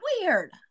weird